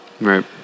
Right